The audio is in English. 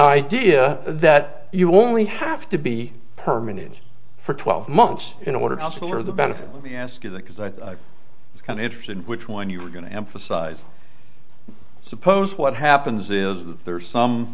idea that you only have to be permanent for twelve months in order to alter the benefit me ask you that because i was kind of interested in which one you were going to emphasize suppose what happens is there are some